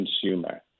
consumer